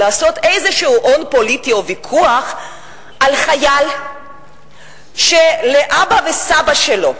ולעשות איזה הון פוליטי או ויכוח מחייל שלאבא וסבא שלו